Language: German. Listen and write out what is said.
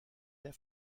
der